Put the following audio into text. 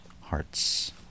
Hearts